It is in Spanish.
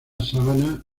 sabana